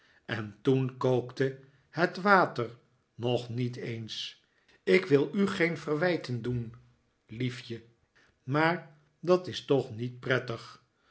e n kookte het water nog niet eens ik wil u geen verwijten doen liefje maar dat is toch niet prettig